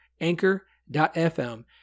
anchor.fm